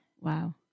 Wow